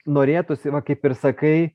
norėtųsi va kaip ir sakai